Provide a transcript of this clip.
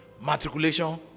matriculation